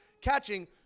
catching